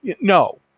No